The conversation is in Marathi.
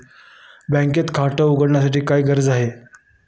बँकेत खाते उघडण्यासाठी काय गरजेचे आहे?